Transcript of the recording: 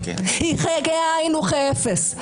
היא כעין וכאפס.